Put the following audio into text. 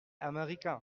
américain